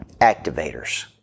activators